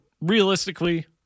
realistically